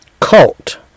cult